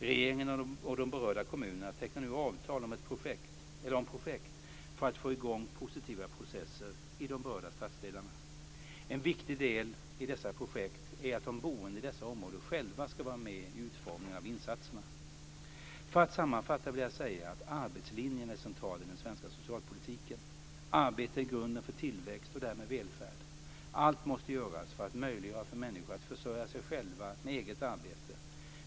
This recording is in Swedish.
Regeringen och de berörda kommunerna tecknar nu avtal om projekt för att få i gång positiva processer i de berörda stadsdelarna. En viktig del i dessa projekt är att de boende i dessa områden själva ska vara med i utformningen av insatserna. För att sammanfatta vill jag säga att arbetslinjen är central i den svenska socialpolitiken. Arbete är grunden för tillväxt och därmed välfärd. Allt måste göras för att möjliggöra för människor att försörja sig själva med eget arbete.